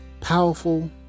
powerful